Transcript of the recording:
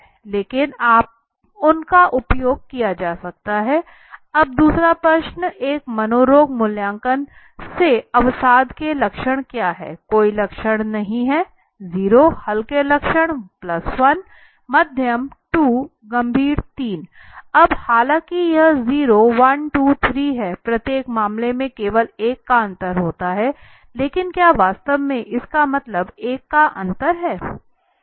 लेकिन उनका उपयोग किया जा सकता है अब दूसरे प्रश्न एक मनोरोग मूल्यांकन से अवसाद के लक्षण क्या है कोई लक्षण नहीं 0 हल्के लक्षण 1 मध्यम 2 गंभीर 3 अब हालांकि यह 0 1 2 3 है प्रत्येक मामले में केवल 1 का अंतर होता है लेकिन क्या वास्तव में इसका मतलब 1 का अंतर है